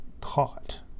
caught